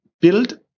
build